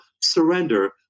surrender